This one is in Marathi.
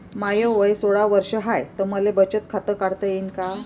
माय वय सोळा वर्ष हाय त मले बचत खात काढता येईन का?